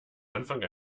anfang